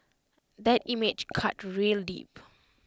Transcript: that image cut real deep